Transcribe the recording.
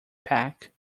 pack